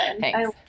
Thanks